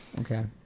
okay